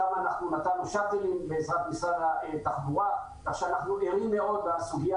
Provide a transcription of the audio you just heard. שם נתנו שאטלים בעזרת משרד התחבורה כך שאנחנו ערים מאוד לסוגיה